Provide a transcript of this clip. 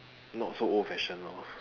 not so old-fashioned lor